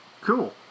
Cool